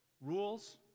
Rules